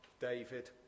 David